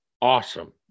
awesome